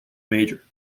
major